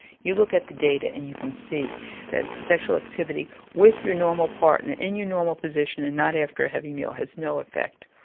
you look at the data and you can see that sexual activity with your normal partner, in your normal position and not after a heavy meal, has no affect.